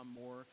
more